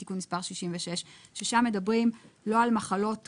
תיקון מספר 66 ששם מדברים לא על מחלות קשות,